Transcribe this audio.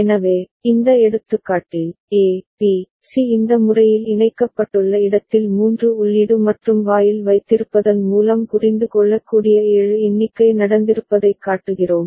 எனவே இந்த எடுத்துக்காட்டில் ஏ பி சி இந்த முறையில் இணைக்கப்பட்டுள்ள இடத்தில் மூன்று உள்ளீடு மற்றும் வாயில் வைத்திருப்பதன் மூலம் புரிந்து கொள்ளக்கூடிய 7 எண்ணிக்கை நடந்திருப்பதைக் காட்டுகிறோம்